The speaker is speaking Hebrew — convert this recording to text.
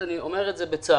ואני אומר את זה בצעד